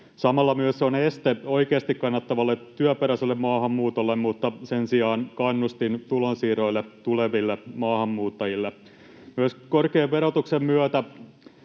Samalla se on myös este oikeasti kannattavalle työperäiselle maahanmuutolle mutta sen sijaan kannustin tulonsiirroille tuleville maahanmuuttajille. Korkean verotuksen myötä